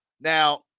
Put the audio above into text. Now